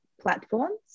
platforms